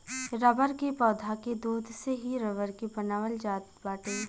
rubber के पौधा के दूध से ही रबर के बनावल जात बाटे